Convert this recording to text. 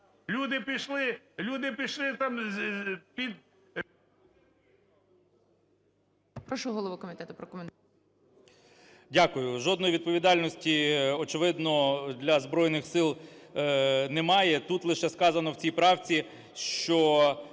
люди пішли, люди пішли там...